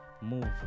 move